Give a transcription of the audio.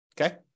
Okay